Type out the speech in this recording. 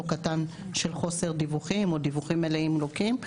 קטן של חוסר דיווחים או דיווחים מלאים לוקים,